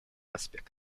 аспект